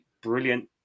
brilliant